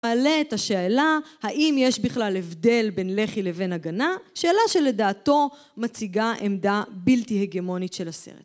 העלה את השאלה האם יש בכלל הבדל בין לח"י לבין הגנה שאלה שלדעתו מציגה עמדה בלתי הגמונית של הסרט